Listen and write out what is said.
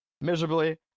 miserably